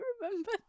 remember